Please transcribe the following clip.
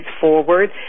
forward